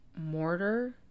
mortar